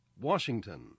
Washington